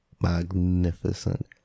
magnificent